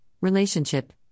relationship